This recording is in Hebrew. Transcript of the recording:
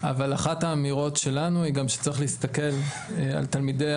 אבל אחת האמירות שלנו היא שצריך להסתכל גם על תלמידי